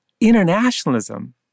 internationalism